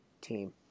team